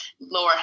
lower